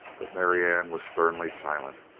but marianne was sternly silent.